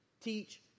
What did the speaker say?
teach